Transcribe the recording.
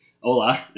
hola